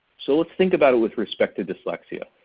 so let's think about it with respect to dyslexia.